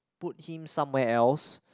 put him somewhere else